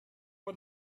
for